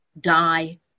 die